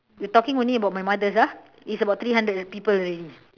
we talking only about my mother's ah is about three hundred people already